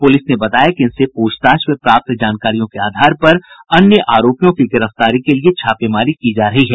police ने बताया कि इनसे पूछताछ में प्राप्त जानकारियों के आधार पर अन्य आरोपियों की गिरफ्तारी के लिए छापेमारी की जा रही है